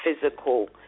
physical